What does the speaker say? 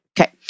Okay